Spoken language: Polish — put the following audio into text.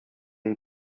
jej